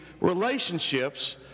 relationships